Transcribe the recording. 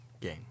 game